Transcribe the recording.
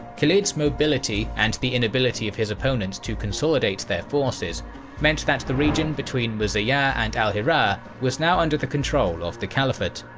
khalid's mobility and the inability of his opponents to consolidate their forces meant that the region between muzayyah ah yeah and al-hirah was now under the control of the caliphate.